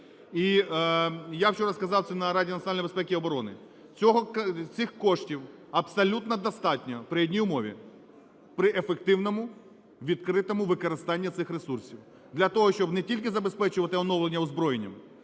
І я вчора сказав це на Раді національної безпеки і оборони. Цього... цих коштів абсолютно достатньо при одній умові – при ефективному відкритому використанні цих ресурсів для того, щоб не тільки забезпечувати оновлення озброєння,